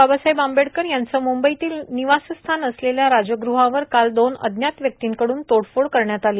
बाबासाहेब आंबेडकर यांचं मुंबईतील निवासस्थान असलेल्या राजगृहावर काल दोन अज्ञात व्यक्तींकडून तोडफोड करण्यात आली